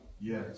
Yes